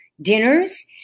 dinners